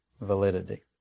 validity